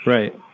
Right